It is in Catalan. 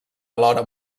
alhora